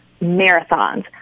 marathons